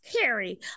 carry